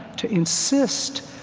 to insist,